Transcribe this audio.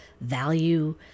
value